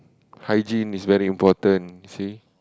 hygiene is very important see